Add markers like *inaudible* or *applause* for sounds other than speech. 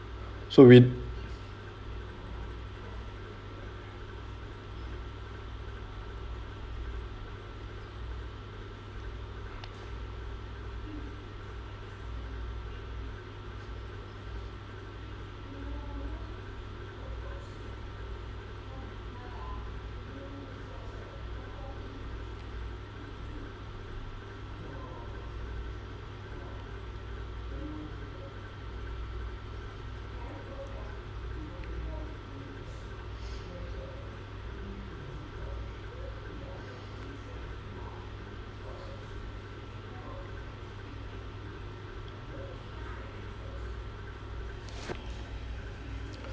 so we *breath*